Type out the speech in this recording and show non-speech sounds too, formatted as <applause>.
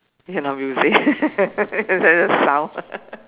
okay not music <laughs> is that just sound <laughs>